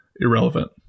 irrelevant